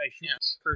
Yes